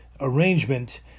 arrangement